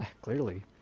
Clearly